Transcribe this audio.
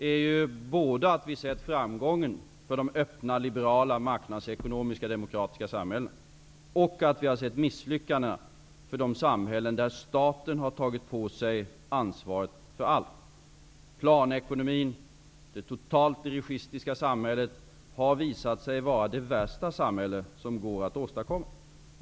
Vi har båda sett framgången för de öppna liberala, marknadsekonomiska, demokratiska samhällena, och vi har sett misslyckandena i de samhällen där staten har tagit på sig ansvaret för allt. Planekonomin och det totalt dirigistiska samhället har visat sig vara det värsta samhället.